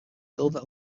silver